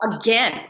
again